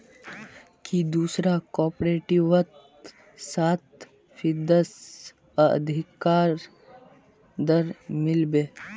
की दूसरा कॉपरेटिवत सात फीसद स अधिक दर मिल बे